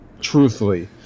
truthfully